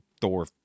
Thor